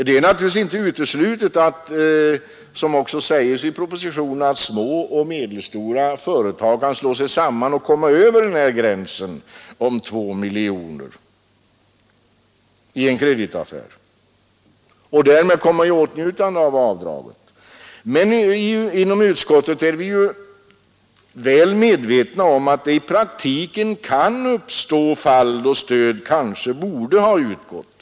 Det är naturligtvis inte uteslutet, som också säges i propositionen, att små och medelstora företag kan slå sig samman och komma över gränsen om 2 miljoner i en kreditaffär och därmed komma i åtnjutande av avdraget. Men inom utskottet är vi väl medvetna om att det i praktiken kan uppstå fall, då stöd kanske borde ha utgått.